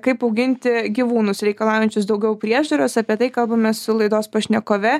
kaip auginti gyvūnus reikalaujančius daugiau priežiūros apie tai kalbamės su laidos pašnekove